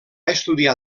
estudiar